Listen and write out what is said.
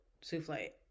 souffle